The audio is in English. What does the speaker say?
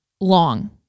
long